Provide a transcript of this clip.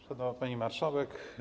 Szanowna Pani Marszałek!